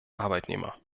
arbeitnehmer